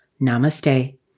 Namaste